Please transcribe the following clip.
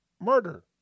murder